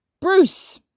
Bruce